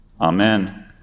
Amen